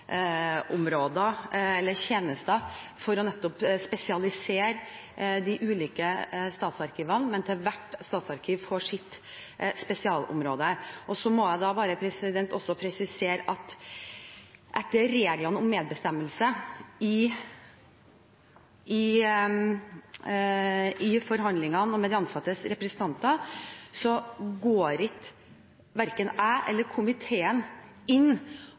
de ulike statsarkivene, slik at hvert statsarkiv får sitt spesialområde. Så må jeg bare presisere at etter reglene om medbestemmelse i forhandlingene med de ansattes representanter går verken jeg eller komitéen inn